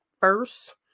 first